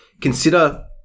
consider